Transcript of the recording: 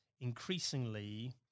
increasingly